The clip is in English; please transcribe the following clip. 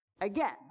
Again